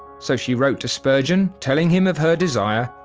so she wrote to spurgeon telling him of her desire,